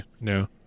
No